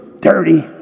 Dirty